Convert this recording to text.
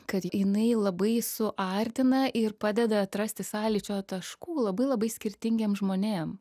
kad jinai labai suartina ir padeda atrasti sąlyčio taškų labai labai skirtingiem žmonėm